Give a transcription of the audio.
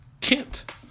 Kent